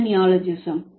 எந்த நியோலாஜிசம்